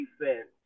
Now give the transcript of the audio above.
defense